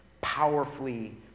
powerfully